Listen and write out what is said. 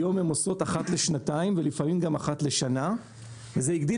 היום הן עושות אחת לשנתיים ולפעמים גם אחת לשנה וזה הגדיל